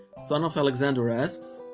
son of alexander asks,